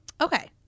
Okay